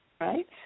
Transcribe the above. Right